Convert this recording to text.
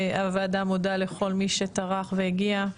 הוועדה מודה לכל מי שטרח והגיע,